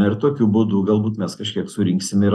ir tokiu būdu galbūt mes kažkiek surinksime ir